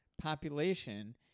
population